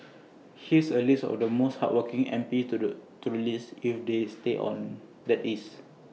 here's A list of the most hardworking M P to the to the least if they stay on that is